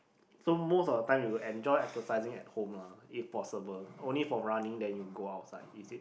so most of the time you enjoy exercising at home lah if possible only for running then you go outside is it